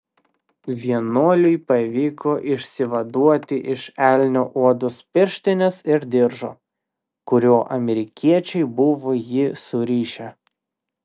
vienuoliui pavyko išsivaduoti iš elnio odos pirštinės ir diržo kuriuo amerikiečiai buvo jį surišę